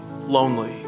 lonely